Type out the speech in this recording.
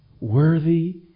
Worthy